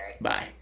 Bye